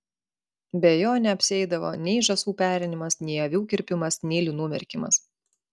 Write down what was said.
be jo neapsieidavo nei žąsų perinimas nei avių kirpimas nei linų merkimas